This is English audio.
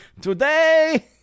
Today